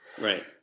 Right